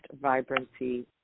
vibrancy